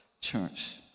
church